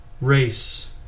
Race